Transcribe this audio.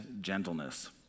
gentleness